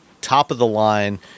top-of-the-line